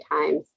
times